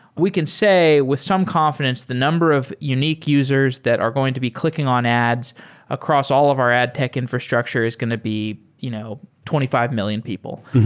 we can say with some confi dence the number of unique users that are going to be clicking on ads across all of our ad tech infrastructure is going to be you know twenty five million people,